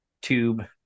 tube